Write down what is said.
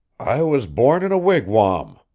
i was born in a wigwam,